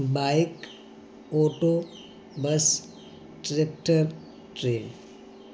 bike auto bus tractor train